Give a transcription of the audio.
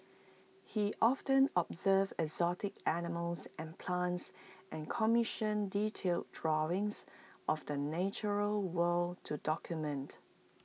he often observed exotic animals and plants and commissioned detailed drawings of the natural world to document